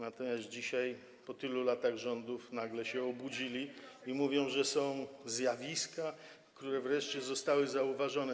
natomiast dzisiaj, po tylu latach rządów nagle się obudzili i mówią, że są zjawiska, które wreszcie zostały zauważone.